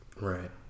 Right